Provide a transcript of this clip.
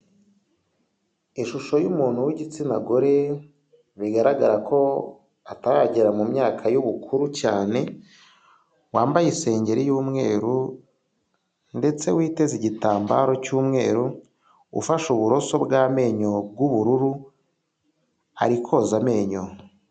Ishusho y'umuntu w'igitsina gore, bigaragara ko ataragera mu myaka y'ubukuru cyane, wambaye isengeri y'umweru ndetse witeze igitambaro cy'umweru, ufashe uburoso bw'amenyo bw'ubururu ari koza amenyo.